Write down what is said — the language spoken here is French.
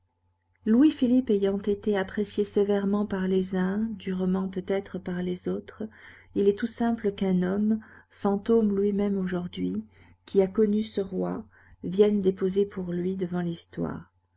louis-philippe ayant été apprécié sévèrement par les uns durement peut-être par les autres il est tout simple qu'un homme fantôme lui-même aujourd'hui qui a connu ce roi vienne déposer pour lui devant l'histoire